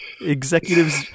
executives